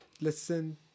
Listen